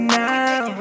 now